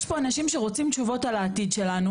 יש פה אנשים שרוצים תשובות על העתיד שלנו.